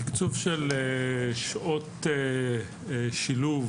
התקצוב של שעות שילוב